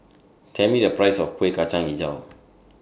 Tell Me The Price of Kuih Kacang Hijau